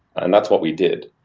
and that's what we did.